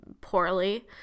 poorly